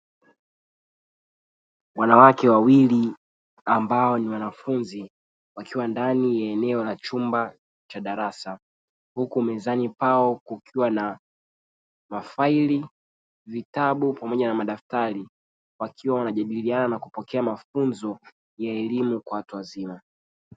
Wanawake wawili ambao ni wanafunzi wakiwa ndani ya eneo la chumba cha darasa. Huku mezani pao kukiwa na mafaili, vitabu pamoja na madaftari; wakiwa wanajadiliana na kupokea mafunzo ya elimu kwa watu wazima.